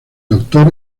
doctor